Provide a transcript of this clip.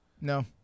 No